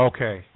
Okay